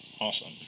Awesome